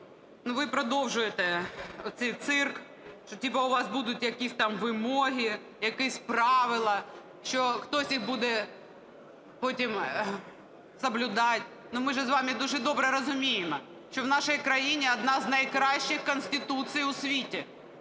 ви продовжуєте оцей цирк, що типу у вас будуть якісь там вимоги, якісь правила, що хтось їх буде потім соблюдать. Ну, ми ж з вами дуже добре розуміємо, що в нашій країні одна з найкращих Конституції у світі.